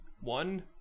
one